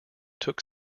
took